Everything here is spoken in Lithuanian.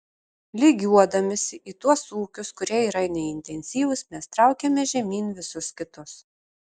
lygiuodamiesi į tuos ūkius kurie yra neintensyvūs mes traukiame žemyn visus kitus